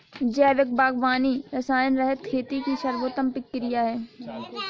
जैविक बागवानी रसायनरहित खेती की सर्वोत्तम प्रक्रिया है